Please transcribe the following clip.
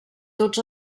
tots